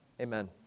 amen